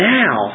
now